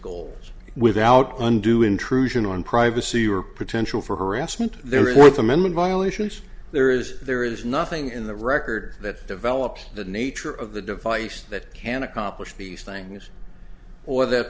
goals without undue intrusion on privacy or potential for harassment there is worth amendment violations there is there is nothing in the record that develops the nature of the device that can accomplish these things or th